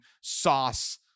sauce